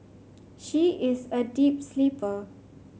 she is a deep sleeper